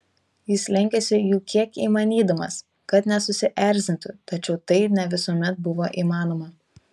jis lenkėsi jų kiek įmanydamas kad nesusierzintų tačiau tai ne visuomet buvo įmanoma